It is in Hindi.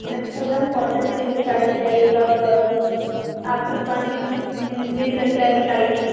हमें पूनम कॉटन सिल्क साड़ी चाहिए तब आपकी दुकान से मिल सकता है दिखाइए